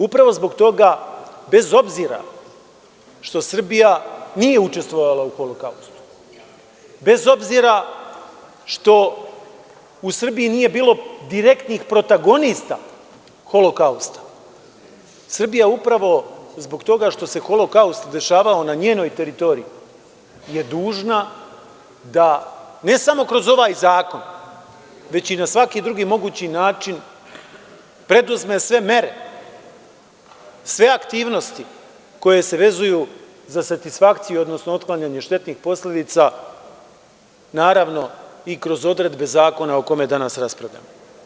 Upravo zbog toga, bez obzira što Srbija nije učestvovala u holokaustu, bez obzira što u Srbiji nije bilo direktnih protagonista holokausta, Srbija upravo zbog toga što se holokaust dešavao na njenoj teritoriji je dužna da ne samo kroz ovaj zakon već i na svaki drugi mogući način preduzme sve mere, sve aktivnosti koje se vezuju za satisfakciju, odnosno otklanjanje štetnih posledica, naravno, i kroz odredbe Zakona o kome danas raspravljamo.